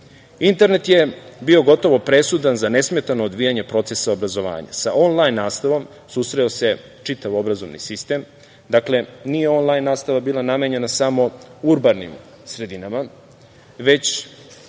je bio gotovo presudan za nesmetano odvijanje procesa obrazovanja. Sa „onlajn“ nastavom susreo se čitav obrazovni sistem. Dakle, nije „onlajn“ nastava bila namenjena samo urbanim sredinama, već